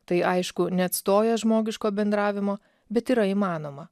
tai aišku neatstoja žmogiško bendravimo bet yra įmanoma